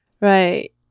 Right